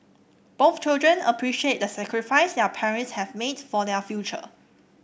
both children appreciate the sacrifice their parents have made for their future